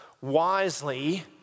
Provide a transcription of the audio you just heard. wisely